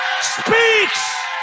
speaks